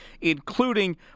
including